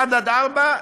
1 4,